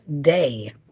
day